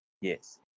Yes